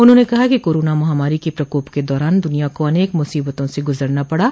उन्होंने कहा कि कोरोना महामारी क प्रकोप के दौरान दुनिया को अनेक मुसीबतों से गुजरना पड़ा